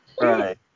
Right